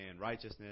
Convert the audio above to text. righteousness